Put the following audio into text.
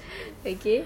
okay